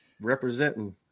Representing